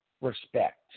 respect